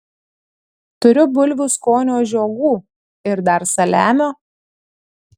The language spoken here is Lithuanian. turiu bulvių skonio žiogų ir dar saliamio